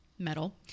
Metal